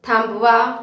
थांबवा